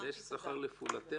אז יש שכר לפעולתך.